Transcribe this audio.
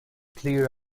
clear